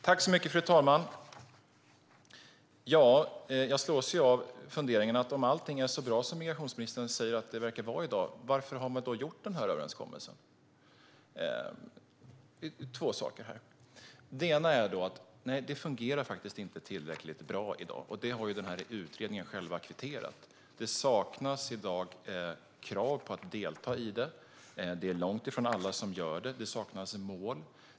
Fru talman! Jag slås av funderingen: Om allt nu är så bra som migrationsministern säger, varför har man då ingått den här överenskommelsen? Det är två saker som jag vill ta upp. Den första är att det faktiskt inte fungerar tillräckligt bra i dag. Det har man kvitterat genom utredningen. Det saknas i dag krav på att delta, och det är långt ifrån alla som gör det. Det saknas mål.